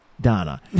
Donna